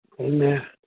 Amen